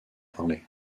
parler